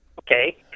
Okay